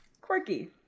Quirky